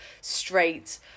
straight